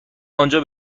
آنجا